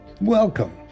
welcome